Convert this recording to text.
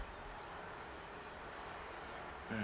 mm